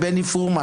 / בני פורמן.